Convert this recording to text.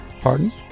Pardon